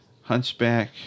Hunchback